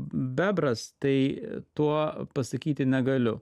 bebras tai tuo pasakyti negaliu